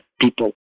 people